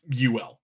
UL